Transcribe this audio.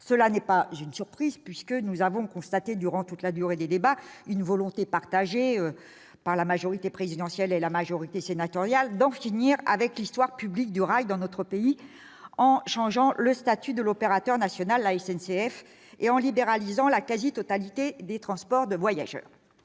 Ce n'est pas une surprise : tout au long des débats, nous avons constaté une volonté commune à la majorité présidentielle et à la majorité sénatoriale d'en finir avec la culture publique du rail dans notre pays en changeant le statut de l'opérateur national, la SNCF, et en libéralisant la quasi-totalité des transports de voyageurs.